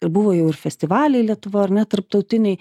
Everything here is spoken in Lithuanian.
buvo jau ir festivaliai lietuvoj ar ne tarptautiniai